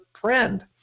friend